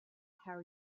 how